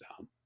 down